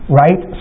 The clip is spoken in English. right